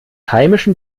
heimischen